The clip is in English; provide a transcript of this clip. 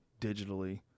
digitally